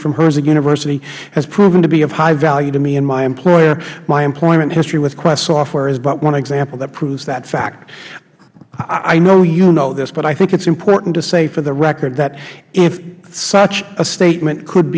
from herzing university has proven to be of high value to me and my employer my employment history with quest software is but one example that proves that fact i know you know this but i think it is important to say for the record that if such a statement could